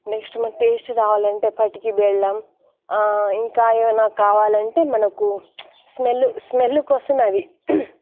next మన taste రావాలంటే పటిక బెల్లం ఇంకా ఏవైనా కావాలంటే మనకు స్మెల్ స్మెల్ కోసం అవి